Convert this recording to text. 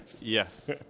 Yes